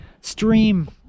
stream